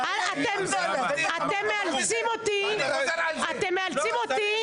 אני קוראת אותך